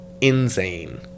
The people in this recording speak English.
insane